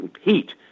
Heat